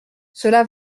cela